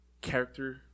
character